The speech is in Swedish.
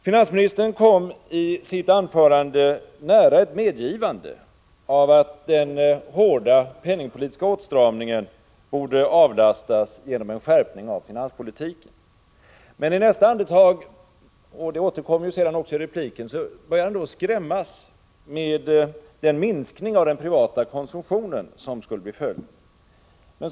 Finansministern kom i sitt anförande nära ett medgivande av att den hårda penningpolitiska åtstramningen borde avlastas genom en skärpning av finanspolitiken. I nästa andetag, och det återkom också i repliken, började han skrämmas med den minskning av den privata konsumtionen som skulle bli följden.